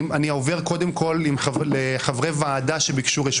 אני עובר קודם כול לחברי ועדה שביקשו רשות